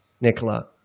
Nicola